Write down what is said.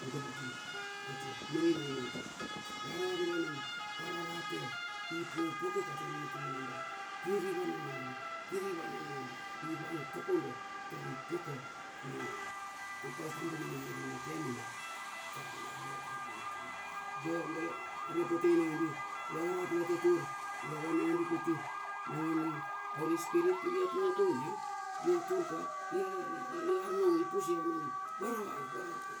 Dovotina atia maninaina atia pi aravate la nandi ara rate ipopoko katia mena tulungeai dala kiri vanan nang adi kiri vanan nangadi ivan takodo tari poko na apal tambu nina ngir ingi ke menda da vot apang atinge. Lo are potei nandi, la rap la tatur lavan nangadi kuti nangadi, holi spirit kirion ngo kaun ia i ot turka i pus ia nangadi. Varavai varavai